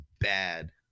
bad